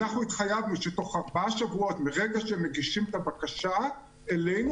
אנחנו התחייבנו שתוך ארבעה שבועות מרגע שהן מגישות בקשה אלינו,